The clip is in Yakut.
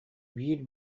биир